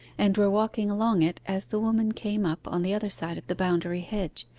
and were walking along it as the woman came up on the other side of the boundary hedge,